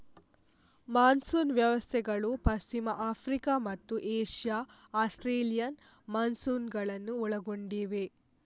monsoon ವ್ಯವಸ್ಥೆಗಳು ಪಶ್ಚಿಮ Africa ಮತ್ತು ಏಷ್ಯಾ ಆಸ್ಟ್ರೇಲಿಯನ್ ಮಾನ್ಸೂನುಗಳನ್ನು ಒಳಗೊಂಡಿವೆ